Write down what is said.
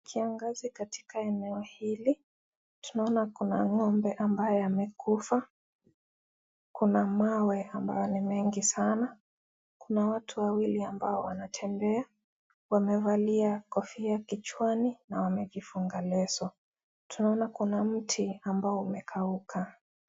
Kiongiozi katika eneo hili, tunaona kuna ngombe ambaye amekufa, kuna mawe amayo ni mengi sana. Kuna watu wawili ambao wanatembea, wamevalia kofia kichwani na wamejifunga leso, tunaona kuna mti ambao umekauka.